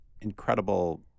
incredible